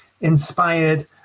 inspired